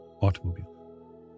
automobile